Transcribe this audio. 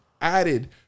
added